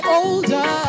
older